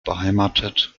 beheimatet